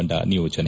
ತಂಡ ನಿಯೋಜನೆ